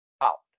out